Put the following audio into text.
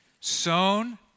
Sown